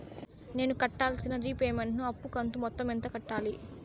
నేను కట్టాల్సిన రీపేమెంట్ ను అప్పు కంతు మొత్తం ఎంత కట్టాలి?